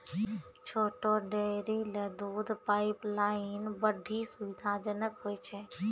छोटो डेयरी ल दूध पाइपलाइन बड्डी सुविधाजनक होय छै